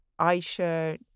Aisha